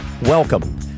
Welcome